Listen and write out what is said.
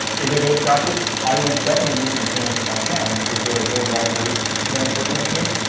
is a good practice? i would definitely use containers if i can, because they are more lightweight than virtual machines.